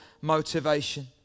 motivation